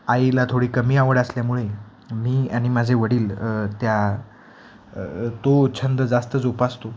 आईला थोडी कमी आवड असल्यामुळे मी आणि माझे वडील त्या तो छंद जास्त जोपासतो